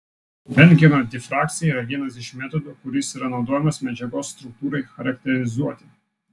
rentgeno difrakcija yra vienas iš metodų kuris yra naudojamas medžiagos struktūrai charakterizuoti